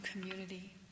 community